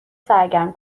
سرگرم